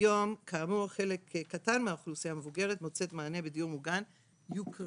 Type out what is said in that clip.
היום רק חלק קטן מהאוכלוסייה המבוגרת מוצא מענה בדיור מוגן יוקרתי.